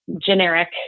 generic